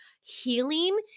healing